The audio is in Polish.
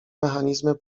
mechanizmy